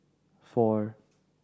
four